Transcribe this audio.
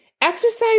exercise